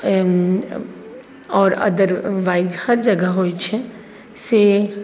आओर अदरवाइज हर जगह होइत छै से